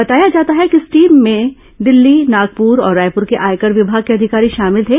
बताया जाता है कि इस टीम में दिल्ली नागपुर और रायपुर के आयकर विभाग के अधिकारी शामिल थे